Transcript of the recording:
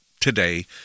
today